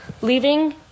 leaving